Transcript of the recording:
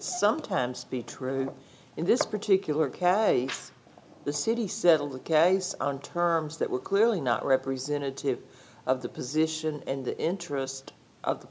sometimes be true in this particular case the city settled the case on terms that were clearly not representative of the position and interest of the